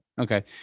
Okay